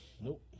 Nope